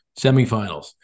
semifinals